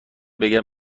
بگم